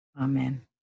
Amen